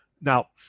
Now